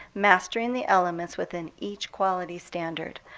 mastering the elements within each quality standard.